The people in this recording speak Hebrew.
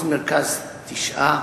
מחוז מרכז, תשעה,